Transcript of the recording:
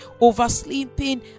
oversleeping